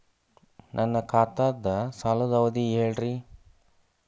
ನನ್ನ ಖಾತಾದ್ದ ಸಾಲದ್ ಅವಧಿ ಹೇಳ್ರಿ